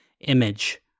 image